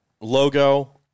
logo